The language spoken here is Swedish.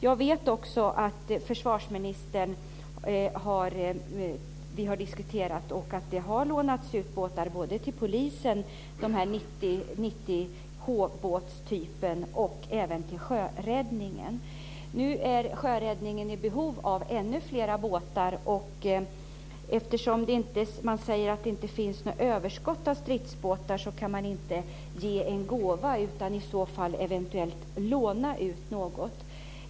Jag vet också att det här har diskuterats, och det har lånats ut båtar både till polisen, av typen 90 H, och till sjöräddningen. Nu är sjöräddningen i behov av ännu fler båtar. Man säger att eftersom det inte finns något överskott av stridsbåtar kan man inte ge en gåva, utan kan i så fall eventuellt låna ut något.